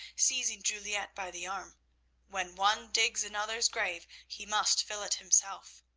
seizing juliette by the arm when one digs another's grave he must fill it himself